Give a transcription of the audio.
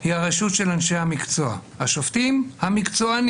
היא הרשות של אנשי המקצוע השופטים המקצוענים